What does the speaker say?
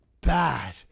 bad